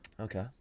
Okay